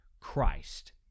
Christ